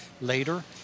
later